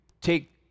take